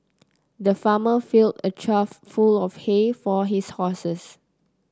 the farmer fill a trough full of hay for his horses